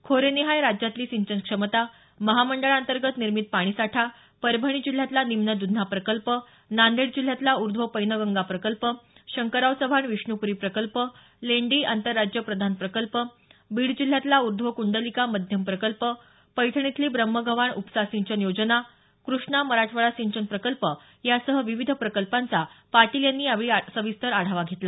खोरेनिहाय राज्यातली सिंचन क्षमता महामंडळांतर्गत निर्मित पाणीसाठा परभणी जिल्ह्यातला निम्न दुधना प्रकल्प नांदेड जिल्ह्यातला उर्ध्व पैनगंगा प्रकल्प शंकरराव चव्हाण विष्णुप्री प्रकल्प लेंडी आंतरराज्य प्रधान प्रकल्प बीड जिल्ह्यातला उर्ध्व कृंडलिका मध्यम प्रकल्प पैठण इथली ब्रम्हगव्हाण उपसा सिंचन योजना क्रष्णा मराठवाडा सिंचन प्रकल्प यासह विविध प्रकल्पांचा पाटील यांनी यावेळी सविस्तर आढावा घेतला